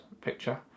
picture